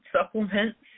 supplements